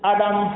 Adam